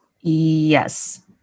Yes